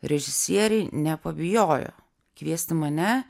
režisieriai nepabijojo kviesti mane